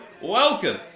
Welcome